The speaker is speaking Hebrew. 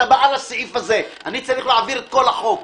אתה בעל הסעיף הזה, אני צריך להעביר את כל החוק.